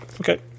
Okay